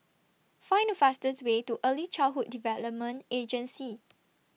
Find The fastest Way to Early Childhood Development Agency